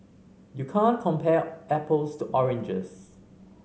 you can't compare apples to oranges